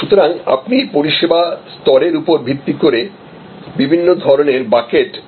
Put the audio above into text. সুতরাং আপনি পরিষেবা স্তরের উপর ভিত্তি করে বিভিন্ন ধরণের বাকেট তৈরি করতে পারেন